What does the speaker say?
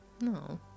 No